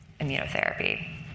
immunotherapy